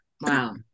Wow